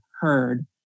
heard